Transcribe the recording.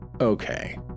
Okay